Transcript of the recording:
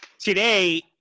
Today